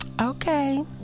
Okay